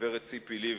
הגברת ציפי לבני,